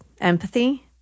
empathy